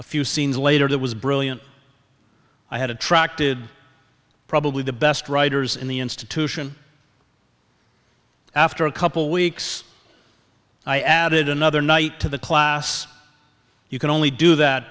a few scenes later it was brilliant i had attracted probably the best writers in the institution after a couple weeks i added another night to the class you can only do that